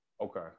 Okay